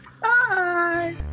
Bye